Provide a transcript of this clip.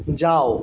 যাও